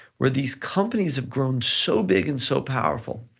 where these companies have grown so big and so powerful,